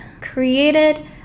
created